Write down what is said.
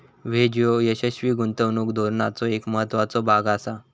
hedge ह्यो यशस्वी गुंतवणूक धोरणाचो एक महत्त्वाचो भाग आसा